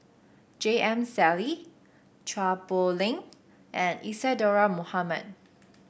J M Sali Chua Poh Leng and Isadhora Mohamed